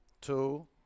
two